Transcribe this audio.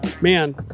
man